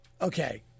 Okay